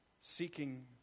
seeking